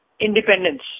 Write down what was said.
independence